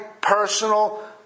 personal